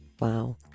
Wow